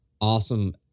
awesome